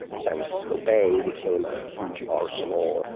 san francisco bay became a huge arsenal,